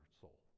soul